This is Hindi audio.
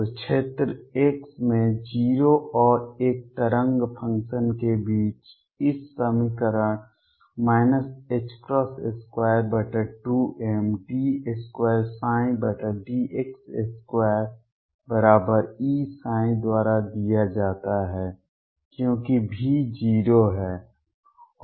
तो क्षेत्र x में 0 और एक तरंग फ़ंक्शन के बीच इस समीकरण 22md2 dx2Eψ द्वारा दिया जाता है क्योंकि V 0 है